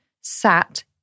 sat